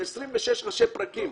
זה 26 ראשי פרקים,